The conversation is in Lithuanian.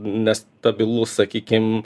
nestabilus sakykim